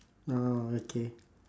oh okay